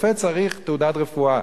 תעודת רפואה,